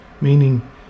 meaning